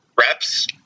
reps